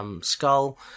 skull